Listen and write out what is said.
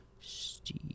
Steve